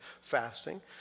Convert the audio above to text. fasting